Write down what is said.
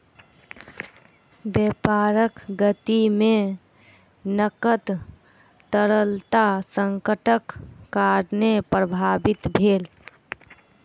व्यापारक गति में नकद तरलता संकटक कारणेँ प्रभावित भेल